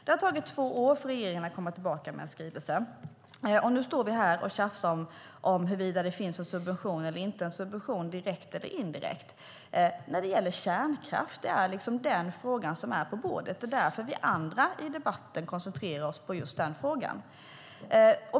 Det har tagit två år för regeringen att komma tillbaka med en skrivelse, och nu står vi här och tjafsar om huruvida det finns en subvention eller inte, direkt eller indirekt. Det är frågan om kärnkraft som är på bordet. Det är därför vi andra i debatten koncentrerar oss på just den frågan.